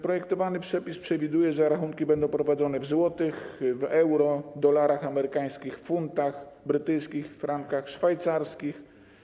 Projektowany przepis przewiduje, że rachunki będą prowadzone w złotych, w euro, dolarach amerykańskich, funtach brytyjskich, frankach szwajcarskich.